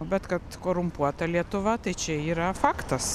bet kad korumpuota lietuva tai čia yra faktas